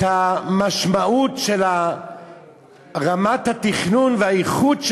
את המשמעות של רמת התכנון והאיכות,